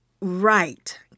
right